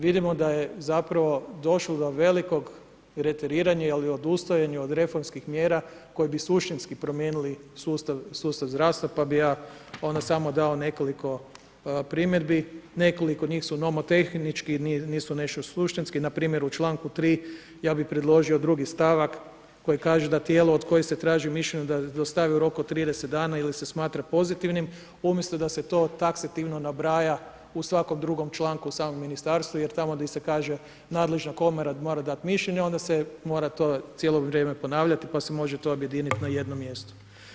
Vidimo da je zapravo došlo do velikog reteriranja ili odustajanja od reformskih mjera, koji bi suštinski promijenili sustav zdravstva, pa bi ja onda samo dao nekoliko primjedbi, nekoliko njih su nomotehnički i nisu nešto suštinski npr. u čl. 3. ja bi predložio drugi stavak, koji kaže, da tijelo koje se traži mišljenje da dostavi u roku od 30 dana ili se smatra pozitivnim, umjesto da se to taksativno nabraja u svakom drugom članku u samom ministarstvu, jer tamo di se kaže, nadležna komora mora dati mišljenje, onda se mora to cijelo vrijeme ponavljati, pa se može to objediniti na jedno mjesto.